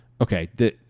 Okay